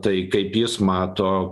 tai kaip jis mato